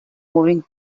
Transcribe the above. moving